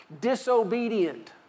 disobedient